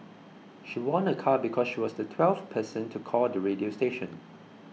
she won a car because she was the twelfth person to call the radio station